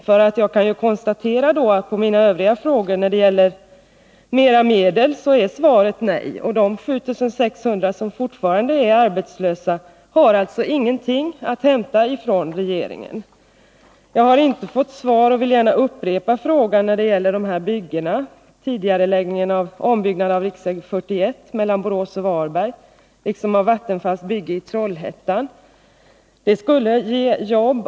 Jag kan konstatera detta av de svar jag fått på mina Övriga frågor. På frågan om att anslå mera medel är svaret nej, och de 7 600 som fortfarande är arbetslösa har alltså ingenting att hämta från regeringen. Jag har inte fått svar på min fråga om de byggen jag nämnde, och jag vill gärna upprepa den. Det gällde tidigareläggning av ombyggnaden av riksväg 41 mellan Borås och Varberg liksom av Vattenfalls bygge i Trollhättan, vilket skulle ge jobb.